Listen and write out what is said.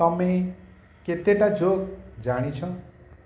ତମେ କେତେଟା ଜୋକ୍ ଜାଣିଛ